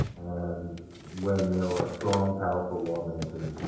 and when there are strong, powerful lawmakers,